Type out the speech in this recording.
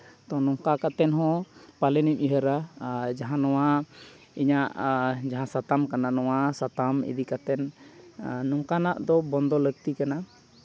ᱛᱚ ᱱᱚᱝᱠᱟ ᱠᱟᱛᱮᱫ ᱦᱚᱸ ᱯᱟᱞᱮᱱᱤᱧ ᱩᱭᱦᱟᱹᱨᱟ ᱟᱨ ᱡᱟᱦᱟᱸ ᱱᱚᱣᱟ ᱤᱧᱟᱹᱜ ᱡᱟᱦᱟᱸ ᱥᱟᱛᱟᱢ ᱠᱟᱱᱟ ᱱᱚᱣᱟ ᱥᱟᱛᱟᱢ ᱤᱫᱤ ᱠᱟᱛᱮᱫ ᱱᱚᱝᱠᱟᱱᱟᱜ ᱫᱚ ᱵᱚᱱᱫᱚ ᱞᱟᱹᱠᱛᱤ ᱠᱟᱱᱟ